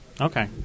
Okay